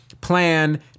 plan